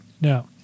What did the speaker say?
Now